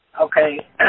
Okay